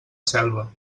selva